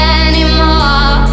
anymore